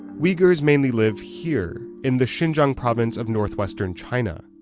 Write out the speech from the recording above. uighurs mainly live here, in the xinjiang province of northwestern china.